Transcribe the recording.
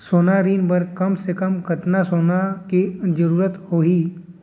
सोना ऋण बर कम से कम कतना सोना के जरूरत होही??